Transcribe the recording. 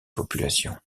populations